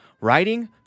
Writing